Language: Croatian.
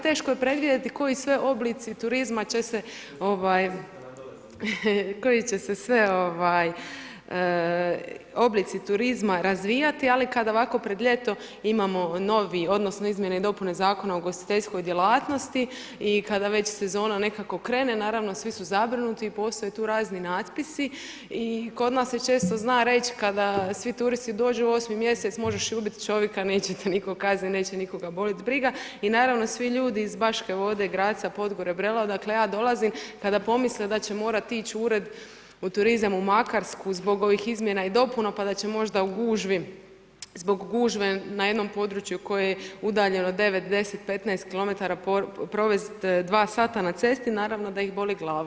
Teško je predvidjeti koji sve oblici turizma će se sve oblici turizma razvijati ali kada ovako pred ljeto imamo novi odnosno izmjene i dopune Zakona o ugostiteljskoj djelatnosti i kad već sezona nekako krene, naravno svi su zabrinuti, postoje tu razni natpisi i kod nas se često zna reći kada svi turisti dođu u 8. mj., možeš ubiti čovjeka, nećete te nitko kazniti, neće nikoga bolit briga i naravno svi ljudi iz Baške Vode, Gradca, Podgore, Brela otkud ja dolazim, kada pomisle da će morat ić u ured u turizma u Makarsku zbog ovih izmjena i dopuna, pa da će možda u gužvi, zbog gužve na jednoj području koje je udaljeno 9, 10, 15 km provesti 2 sata na cesti, naravno da ih boli glava.